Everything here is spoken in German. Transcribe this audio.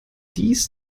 dies